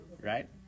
Right